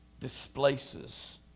displaces